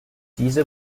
diese